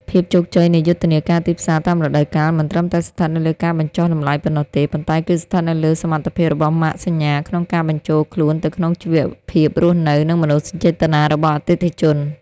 ភាពជោគជ័យនៃយុទ្ធនាការទីផ្សារតាមរដូវកាល មិនត្រឹមតែស្ថិតនៅលើការបញ្ចុះតម្លៃប៉ុណ្ណោះទេ ប៉ុន្តែគឺស្ថិតនៅលើសមត្ថភាពរបស់ម៉ាកសញ្ញាក្នុងការបញ្ចូលខ្លួនទៅក្នុងជីវភាពរស់នៅ និងមនោសញ្ចេតនារបស់អតិថិជន។